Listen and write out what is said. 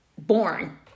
born